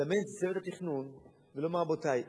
לזמן את צוות התכנון ולומר: רבותי,